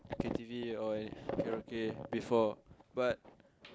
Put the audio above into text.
K_T_V or any karaoke before but